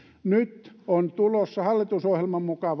nyt on tulossa hallitusohjelman mukaan